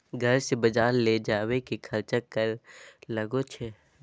घर से बजार ले जावे के खर्चा कर लगो है?